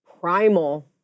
primal